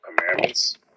commandments